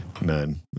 None